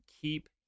keep